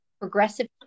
progressive